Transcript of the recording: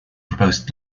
proposed